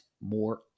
more